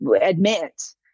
admit